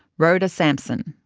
rhoda samson.